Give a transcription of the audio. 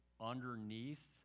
underneath